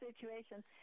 situation